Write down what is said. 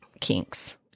kinks